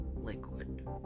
liquid